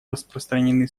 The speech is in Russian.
распространены